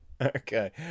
Okay